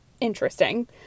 interesting